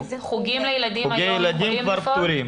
גם אם זה חוגים --- חוגים לילדים היום כבר יכולים לפעול?